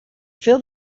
feel